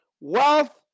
Wealth